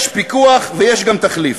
יש פיקוח ויש גם תחליף,